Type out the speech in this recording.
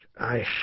I